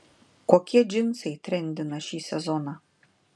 kokie džinsai trendina šį sezoną